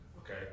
Okay